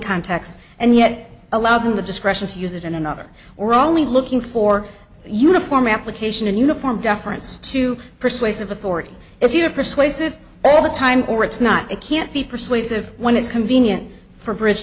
context and yet allow them the discretion to use it in another or only looking for uniform application and uniform deference to persuasive authority if you're persuasive all the time or it's not it can't be persuasive when it's convenient for bri